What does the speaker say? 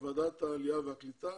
בוועדת העלייה והקליטה,